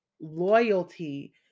loyalty